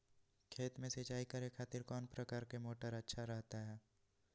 खेत में सिंचाई करे खातिर कौन प्रकार के मोटर अच्छा रहता हय?